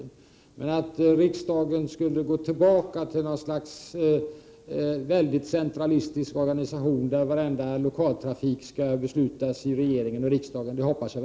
Jag hoppas verkligen inte att riksdagen skall gå tillbaka till något slag av mycket centralistisk organisation där vartenda beslut om lokaltrafik skall fattas av regering och riksdag.